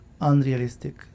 unrealistic